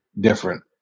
different